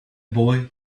boy